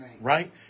right